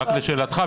רק לשאלתך,